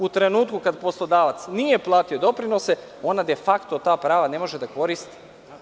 U trenutku kad poslodavac nije platio doprinose, ona de fakto ta prava ne može da koristi.